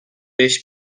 beş